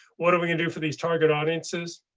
what are we gonna do for these target audiences?